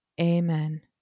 Amen